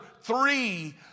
three